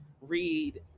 read